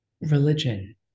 religion